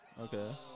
Okay